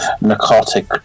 Narcotic